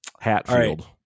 Hatfield